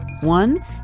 One